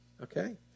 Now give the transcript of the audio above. okay